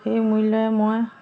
সেই মূল্যৰে মই